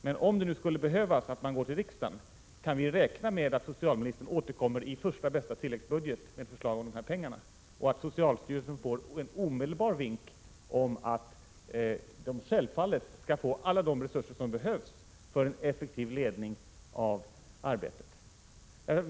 Men om regeringen är tvungen att gå till riksdagen kan vi då räkna med att socialministern återkommer i första bästa tilläggsbudget med förslag om dessa pengar och att socialstyrelsen får en omedelbar vink om att den självfallet skall få alla de resurser som behövs för en effektiv ledning av arbetet?